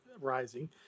rising